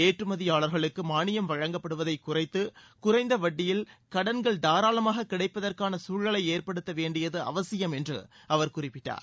ஏற்றுமதியாளர்களுக்கு மானியம் வழங்கப்படுவதை குறைத்து குறைந்த வட்டியில் கடன்கள் தாராளமாக கிடைப்பதற்கான சூழலை ஏற்படுத்த வேண்டியது அவசியம் என்றும் அவர் குறிப்பிட்டார்